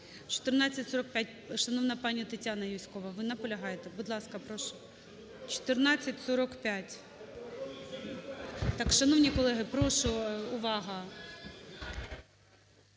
1445, шановна пані Тетяна Юзькова. Ви наполягаєте? Будь ласка, прошу. 1445. Так, шановні колеги, прошу, увага!